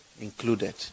included